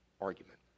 argument